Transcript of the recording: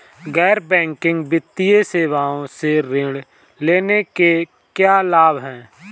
गैर बैंकिंग वित्तीय सेवाओं से ऋण लेने के क्या लाभ हैं?